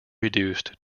reduced